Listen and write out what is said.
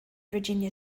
virginia